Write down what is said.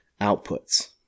outputs